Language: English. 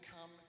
come